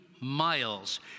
miles